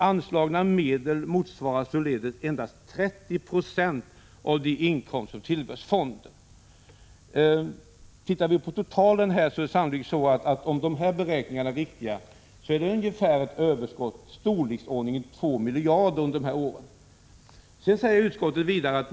Anslagna medel motsvarar således endast 30 20 av de inkomster som tillförts fonden.” Totalt sett är det sannolikt så — om nu gjorda beräkningar är riktiga — att det under de här åren varit ett överskott på i storleksordningen 2 miljarder.